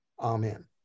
Amen